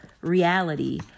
reality